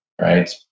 right